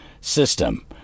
system